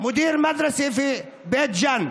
מנהל בית ספר בבית ג'ן,